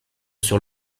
sur